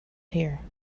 here